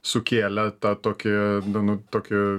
sukėlė tą tokį nu nu tokį